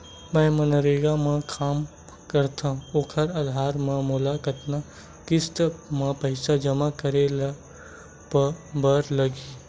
मैं मनरेगा म काम करथव, ओखर आधार म मोला कतना किस्त म पईसा जमा करे बर लगही?